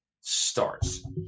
starts